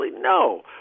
No